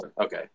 Okay